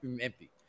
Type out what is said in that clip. empty